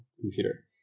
computer